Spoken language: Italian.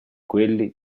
quelli